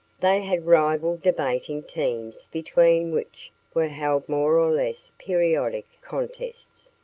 they had rival debating teams between which were held more or less periodic contests,